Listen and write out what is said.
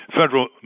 federal